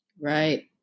Right